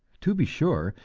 to be sure,